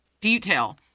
detail